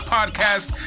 Podcast